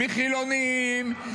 מחילונים,